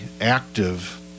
active